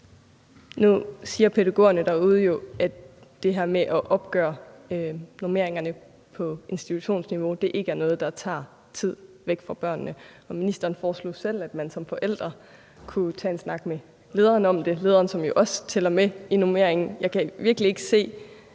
Nu siger pædagogerne derude jo, at det her med at opgøre normeringerne på institutionsniveau ikke er noget, der tager tid væk fra børnene, og ministeren foreslog selv, at man som forældre kunne tage en snak med lederen om det – lederen, som jo også tæller med i normeringen. Jeg kan virkelig ikke se,